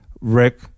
Rick